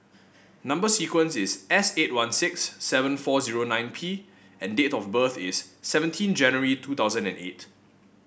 number sequence is S eight one six seven four zero nine P and date of birth is seventeen January two thousand and eight